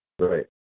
Right